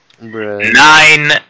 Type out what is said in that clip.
Nine